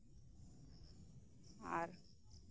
ᱟᱨ